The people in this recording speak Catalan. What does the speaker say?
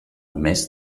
mes